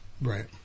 Right